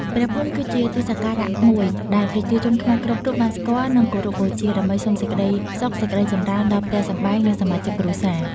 ព្រះភូមិ គឺជាទីសក្ការៈមួយដែលប្រជាជនខ្មែរគ្រប់រូបបានស្គាល់ និងគោរពបូជា ដើម្បីសុំសេចក្តីសុខសេចក្តីចម្រើនដល់ផ្ទះសម្បែង និងសមាជិកគ្រួសារ។